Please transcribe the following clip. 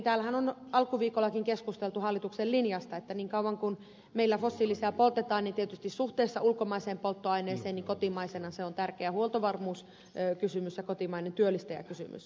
täällähän on alkuviikollakin keskusteltu hallituksen linjasta että niin kauan kuin meillä fossiilisia poltetaan tietysti suhteessa ulkomaiseen polttoaineeseen niin kotimaisena se on tärkeä huoltovarmuuskysymys ja kotimainen työllistäjäkysymys